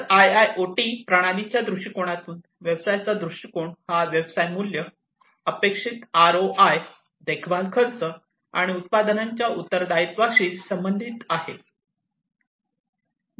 तर आयआयओटी प्रणालीच्या दृष्टीकोनातून व्यवसायाचा दृष्टिकोन हा व्यवसाय मूल्य अपेक्षित आरओआय देखभाल खर्च आणि उत्पादनाच्या उत्तरदायित्वाशी संबंधित आहे